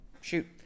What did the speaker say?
shoot